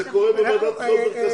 זה קורה בוועדת הבחירות המרכזית.